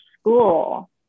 school